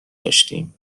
داشتیم